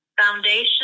Foundation